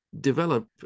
develop